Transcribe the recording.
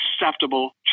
acceptable